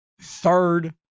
third